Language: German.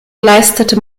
leistete